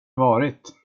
varit